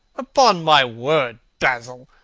upon my word, basil,